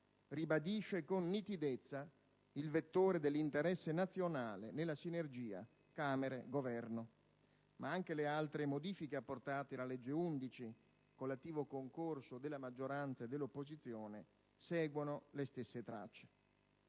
ribadisce con nitidezza il vettore dell'«interesse nazionale» nella sinergia Camere-Governo. Ma anche le altre modifiche apportate alla citata legge n. 11, con l'attivo concorso della maggioranza e dell'opposizione, seguono le stesse tracce.